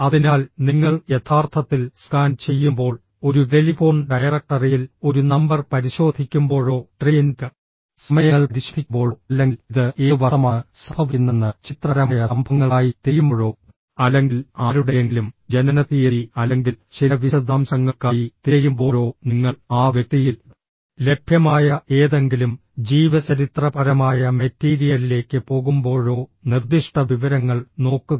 അതിനാൽ നിങ്ങൾ യഥാർത്ഥത്തിൽ സ്കാൻ ചെയ്യുമ്പോൾ ഒരു ടെലിഫോൺ ഡയറക്ടറിയിൽ ഒരു നമ്പർ പരിശോധിക്കുമ്പോഴോ ട്രെയിൻ സമയങ്ങൾ പരിശോധിക്കുമ്പോഴോ അല്ലെങ്കിൽ ഇത് ഏത് വർഷമാണ് സംഭവിക്കുന്നതെന്ന് ചരിത്രപരമായ സംഭവങ്ങൾക്കായി തിരയുമ്പോഴോ അല്ലെങ്കിൽ ആരുടെയെങ്കിലും ജനനത്തീയതി അല്ലെങ്കിൽ ചില വിശദാംശങ്ങൾക്കായി തിരയുമ്പോഴോ നിങ്ങൾ ആ വ്യക്തിയിൽ ലഭ്യമായ ഏതെങ്കിലും ജീവചരിത്രപരമായ മെറ്റീരിയലിലേക്ക് പോകുമ്പോഴോ നിർദ്ദിഷ്ട വിവരങ്ങൾ നോക്കുക